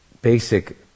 basic